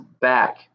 back